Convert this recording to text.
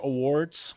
Awards